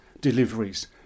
deliveries